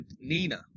Nina